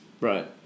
Right